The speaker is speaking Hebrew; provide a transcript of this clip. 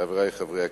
חברי חברי הכנסת,